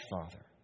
Father